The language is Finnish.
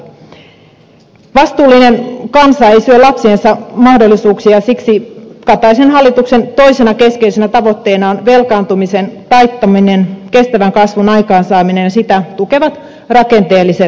vastuullinen kansa ei syö lapsiensa mahdollisuuksia ja siksi kataisen hallituksen toisena keskeisenä tavoitteena on velkaantumisen taittaminen kestävän kasvun aikaansaaminen ja sitä tukevat rakenteelliset uudistukset